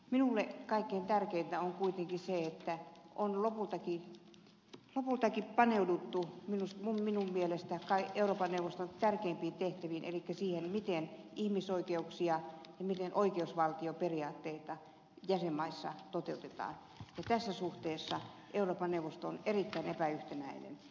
minulle kaikkein tärkeintä on kuitenkin se että on lopultakin paneuduttu minun mielestäni euroopan neuvoston tärkeimpiin tehtäviin elikkä siihen miten ihmisoikeuksia ja miten oikeusvaltioperiaatteita jäsenmaissa toteutetaan ja tässä suhteessa euroopan neuvosto on erittäin epäyhtenäinen